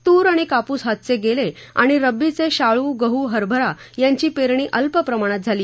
तूर व कापूस हातचे गेले व रब्बीचे शाळू गहू हरबरा याची पेरणी अल्प प्रमाणात झाली